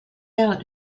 out